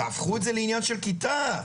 תהפכו את זה לעניין של כיתה,